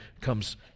comes